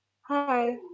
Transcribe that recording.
Hi